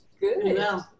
Good